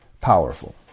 powerful